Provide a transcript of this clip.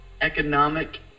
Economic